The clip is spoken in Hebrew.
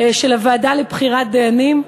של הוועדה לבחירת דיינים,